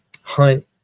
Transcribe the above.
Hunt